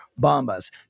Bombas